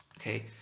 Okay